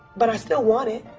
but i still want it.